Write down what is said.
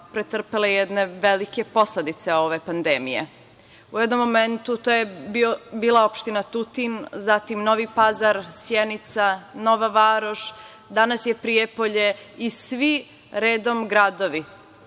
pretrpele jedne velike posledice ove pandemije. U jednom momentu to je bila opština Tutin, zatim Novi Pazar, Sjenica, Nova Varoš, danas je Prijepolje, i svi redom gradovi.